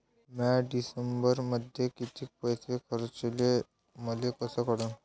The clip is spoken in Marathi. म्या डिसेंबरमध्ये कितीक पैसे खर्चले मले कस कळन?